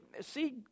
see